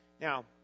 Now